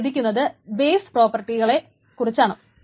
ഇത് ശ്രദ്ധിക്കുന്നത് ബേസ് പ്രോപ്പർട്ടികളെ കുറിച്ചാണ്